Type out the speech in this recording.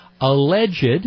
alleged